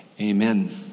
Amen